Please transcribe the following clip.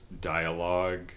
dialogue